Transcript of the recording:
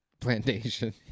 Plantation